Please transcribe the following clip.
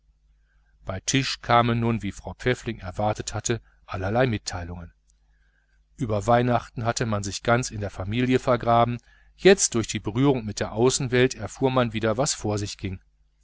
bei tisch kamen nun wie frau pfäffling erwartet hatte allerlei mitteilungen über weihnachten hatte man sich ganz in die familie vergraben jetzt durch die berührung mit der außenwelt erfuhr man wieder was vor sich ging